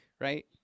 right